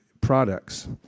products